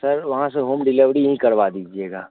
sir वहाँ से home delivery ही करवा दीजिएगा